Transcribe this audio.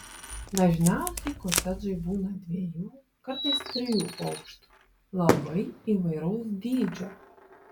dažniausiai kotedžai būną dviejų kartais trijų aukštų labai įvairaus dydžio